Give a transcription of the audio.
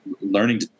learning